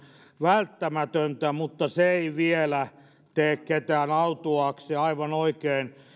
välttämätöntä mutta se ei vielä tee ketään autuaaksi aivan oikein